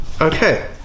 okay